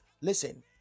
listen